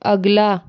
अगला